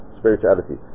spirituality